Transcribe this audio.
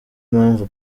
mpamvu